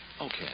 Okay